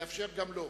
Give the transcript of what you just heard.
אאפשר גם לו.